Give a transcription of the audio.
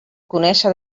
conèixer